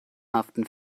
haften